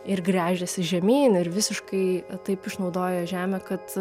ir gręžiasi žemyn ir visiškai taip išnaudoja žemę kad